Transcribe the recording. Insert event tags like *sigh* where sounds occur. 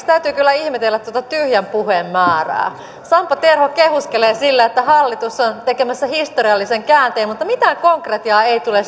*unintelligible* täytyy kyllä ihmetellä tuota tyhjän puheen määrää sampo terho kehuskelee sillä että hallitus on tekemässä historiallisen käänteen mutta mitään konkretiaa ei tule *unintelligible*